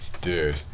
dude